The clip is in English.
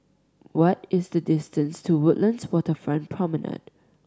what is the distance to Woodlands Waterfront Promenade